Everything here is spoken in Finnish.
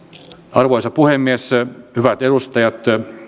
arvoisa puhemies hyvät edustajat